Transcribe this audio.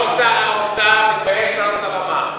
שר האוצר מתבייש לעלות לבמה.